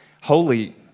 Holy